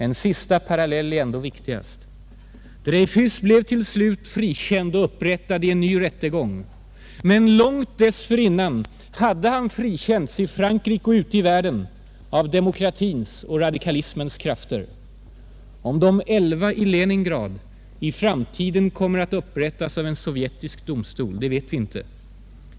En sista parallell är ändå viktigast. Dreyfus blev till slut frikänd och upprättad i en ny rättegång. Men långt dessförinnan hade han frikänts, i Frankrike och ute i världen, av demokratins och radikalismens krafter. Om de elva i Leningrad i framtiden kommer att upprättas av en sovjetisk domstol vet vi inte.